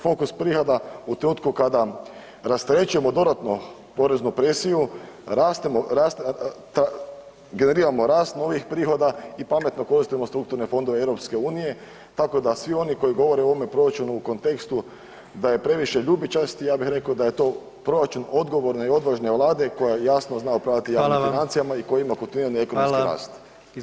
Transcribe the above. Fokus prihoda u trenutku kada rasterećujemo dodatno poreznu presiju, rastemo, raste ta .../nerazumljivo/... generiramo rast novih prihoda i pametno koristimo strukturne fondove EU, tako da svi oni koji govore o ovome proračunu u kontekstu da je previše ljubičasti, ja bih rekao da je to proračun odgovorne i odvažne Vlade koja jasno zna upravljati [[Upadica: Hvala vam.]] javnim financijama i koji ima kontinuirani [[Upadica: Hvala.]] ekonomski rast.